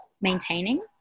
maintaining